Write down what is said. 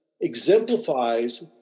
exemplifies